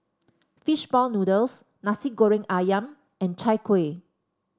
fish ball noodles Nasi Goreng ayam and Chai Kuih